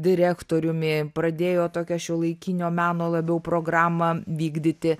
direktoriumi pradėjo tokią šiuolaikinio meno labiau programą vykdyti